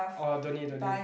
orh don't need don't need